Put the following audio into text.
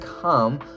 come